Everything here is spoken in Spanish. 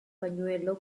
pañuelo